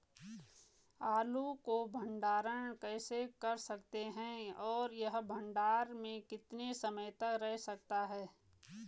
आलू को भंडारण कैसे कर सकते हैं और यह भंडारण में कितने समय तक रह सकता है?